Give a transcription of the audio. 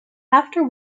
after